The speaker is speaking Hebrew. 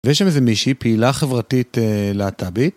ויש שם איזה מישהי פעילה חברתית להטבית.